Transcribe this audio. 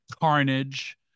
carnage